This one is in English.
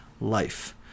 life